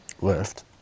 left